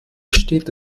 steht